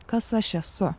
kas aš esu